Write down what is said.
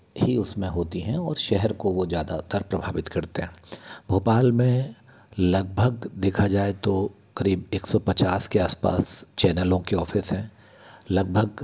ही उसमें होती हैं और शहर को वो ज़्यादातर प्रभावित करते हैं भोपाल में लगभग देखा जाए तो करीब एक सौ पचास के आस पास चैनलों के ऑफिस हैं लगभग